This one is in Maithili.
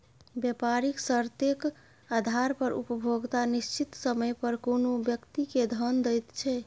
बेपारिक शर्तेक आधार पर उपभोक्ता निश्चित समय पर कोनो व्यक्ति केँ धन दैत छै